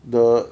the